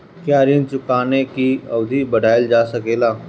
क्या ऋण चुकाने की अवधि बढ़ाईल जा सकेला?